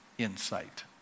insight